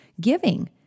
giving